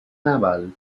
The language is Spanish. naval